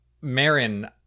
Marin